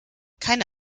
keine